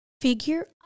figure